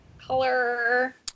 color